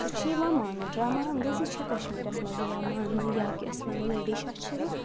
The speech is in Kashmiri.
سُہ چھِ یِوان ماننہٕ ڈرٛاما اندٲزی چھَ کشمیٖرَس منٛز یِوان ماننہٕ یا کہ أسۍ وَنو لٔڈی شاہ چھِ یِوان